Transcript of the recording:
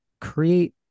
create